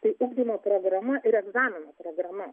tai ugdymo programa ir egzamino programa